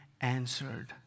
answered